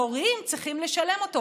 ההורים צריכים לשלם אותו.